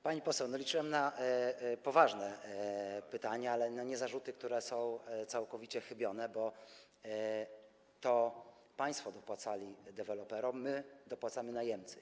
Pani poseł, liczyłem na poważne pytanie, a nie zarzuty, które są całkowicie chybione, bo to państwo dopłacali deweloperom, my dopłacamy najemcy.